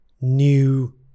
new